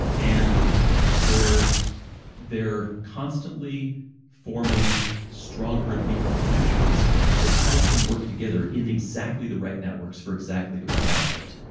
and they're they're constantly forming stronger and weaker connections that help them work together in exactly the right networks for exactly the right output.